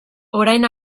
orain